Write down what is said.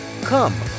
Come